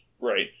right